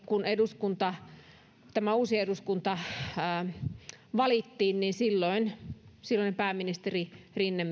kun tämä uusi eduskunta valittiin niin silloin silloinen pääministeri rinne